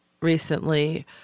recently